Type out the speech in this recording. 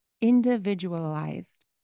individualized